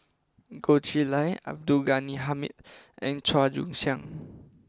Goh Chiew Lye Abdul Ghani Hamid and Chua Joon Siang